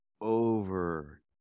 over